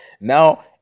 Now